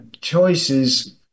choices